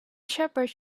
shepherd